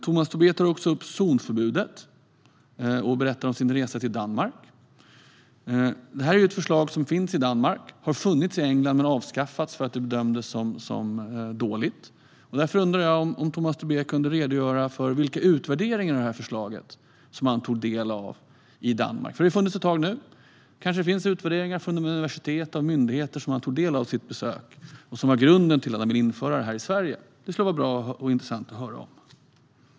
Tomas Tobé tar också upp zonförbudet och berättar som sin resa till Danmark. Det finns ett förslag om zonförbud i Danmark. Det var på förslag i England men avskaffades eftersom det bedömdes som dåligt. Jag undrar därför om Tomas Tobé kan redogöra för vilka utvärderingar av förslaget han tog del av i Danmark. Det har funnits på förslag ett tag nu. Därför finns det kanske utvärderingar från universitet och myndigheter som han kan ha tagit del av vid sitt besök. Det kanske är grunden till att han vill att det ska införas här i Sverige. Det skulle vara bra och intressant att få höra om det.